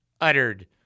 uttered